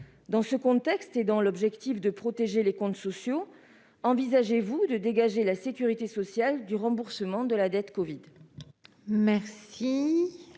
Dans ce contexte, et avec comme objectif de protéger les comptes sociaux, envisagez-vous de dégager la sécurité sociale du remboursement de la dette covid ?